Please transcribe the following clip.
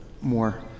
more